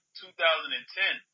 2010